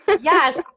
Yes